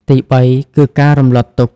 ទីបី គឺការរំលត់ទុក្ខ។